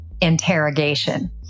interrogation